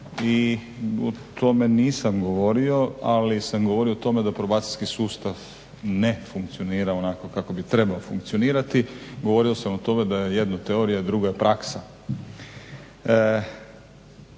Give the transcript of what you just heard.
i o tome nisam govorio, ali sam govorio o tome da probacijski sustav ne funkcionira onako kako bi trebao funkcionirati. Govorio sam o tome da je jedno teorija, a drugo je praksa.